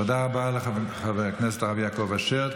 תודה רבה לחבר הכנסת הרב יעקב אשר.